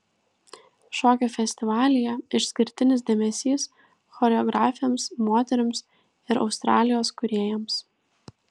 šokio festivalyje išskirtinis dėmesys choreografėms moterims ir australijos kūrėjams